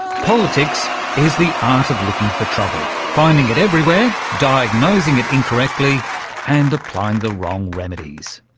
politics is the art of looking for trouble, finding it everywhere, diagnosing it incorrectly and applying the wrong remedies.